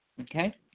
Okay